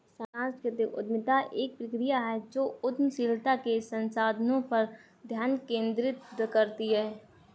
सांस्कृतिक उद्यमिता एक प्रक्रिया है जो उद्यमशीलता के संसाधनों पर ध्यान केंद्रित करती है